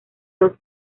dos